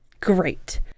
Great